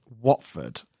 Watford